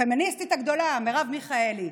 הפמיניסטית הגדולה מרב מיכאלי.